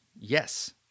Yes